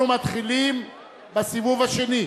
אנחנו מתחילים בסיבוב השני.